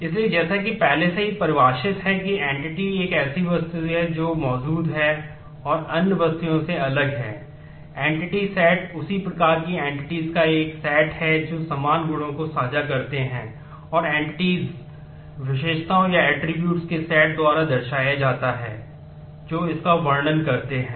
इसलिए जैसा कि पहले से ही परिभाषित है एन्टीटी के सेट द्वारा दर्शाया जाता है जो इसका वर्णन करते हैं